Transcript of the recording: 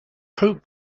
hope